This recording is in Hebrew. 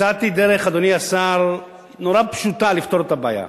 הצעתי דרך, אדוני השר, נורא פשוטה לפתור את הבעיה: